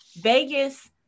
vegas